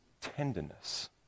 tenderness